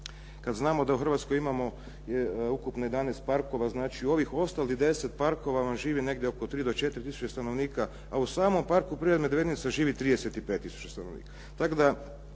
kad znamo da u Hrvatskoj imamo ukupno 11 parkova, znači u ovih ostalih 10 parkova vam živi negdje oko 3 do 4 tisuće stanovnika, a u samom Parku prirode Medvednica živi 35 tisuća stanovnika